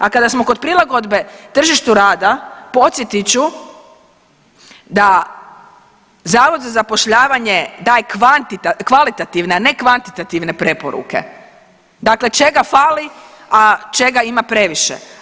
A kada smo kod prilagodbe tržištu rada podsjetit ću da Zavod za zapošljavanje daje kvalitativne, a ne kvantitativne preporuke, dakle čega fali, a čega ima previše.